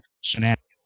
shenanigans